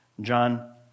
John